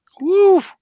Woo